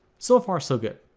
so far so good